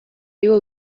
igo